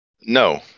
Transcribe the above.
No